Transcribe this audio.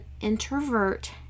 introvert